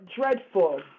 dreadful